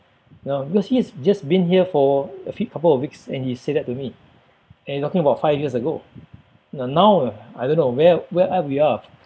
ya because he has just been here for a few couple of weeks and he say that to me and talking about five years ago ya now I don't know where where are we are